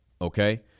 okay